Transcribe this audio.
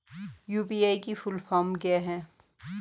UPI की full form क्या है?